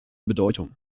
bedeutung